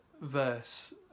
verse